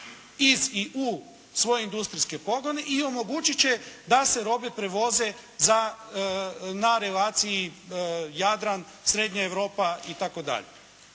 iz i u svoje industrijske pogone. I omogućit će da se robe prevoze za, na relaciji Jadran-srednje Europa itd.